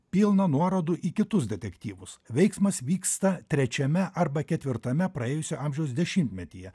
pilna nuorodų į kitus detektyvus veiksmas vyksta trečiame arba ketvirtame praėjusio amžiaus dešimtmetyje